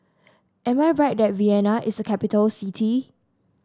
am I right that Vienna is a capital city